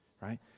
right